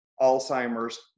Alzheimer's